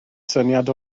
syniad